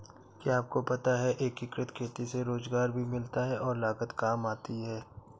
क्या आपको पता है एकीकृत खेती से रोजगार भी मिलता है और लागत काम आती है?